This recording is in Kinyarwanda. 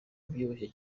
ubyibushye